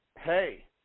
hey